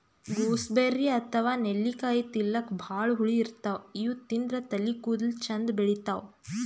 gooseberry ಅಥವಾ ನೆಲ್ಲಿಕಾಯಿ ತಿಲ್ಲಕ್ ಭಾಳ್ ಹುಳಿ ಇರ್ತವ್ ಇವ್ ತಿಂದ್ರ್ ತಲಿ ಕೂದಲ ಚಂದ್ ಬೆಳಿತಾವ್